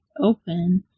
open